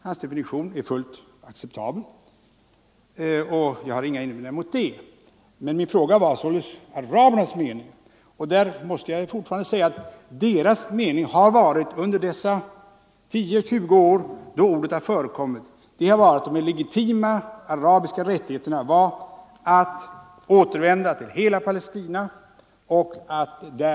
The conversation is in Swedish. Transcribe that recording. Hans definition är fullt acceptabel, och jag har ingenting att invända mot den. Men min fråga syftade till att få fram hans uppfattning om arabernas mening, och jag vill fortfarande säga att deras mening under de 10-20 år då det Nr 127 här begreppet ANV har" varit att de legitima arabiska rättigheterna Fredagen den är att återvända till och bilda en stat i hela Palestina.